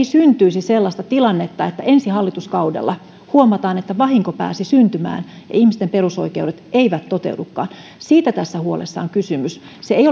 syntyisi sellaista tilannetta että ensi hallituskaudella huomataan että vahinko pääsi syntymään ja ihmisten perusoikeudet eivät toteudukaan siitä tässä huolessa on kysymys se ei